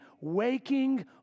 waking